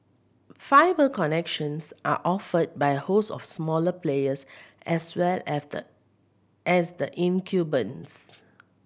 fibre connections are offered by a host of smaller players as well as the as the incumbents